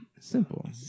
Simple